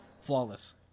flawless